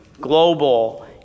global